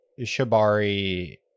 Shibari